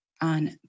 on